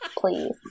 Please